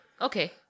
Okay